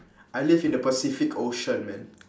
I live in the pacific ocean man